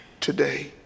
today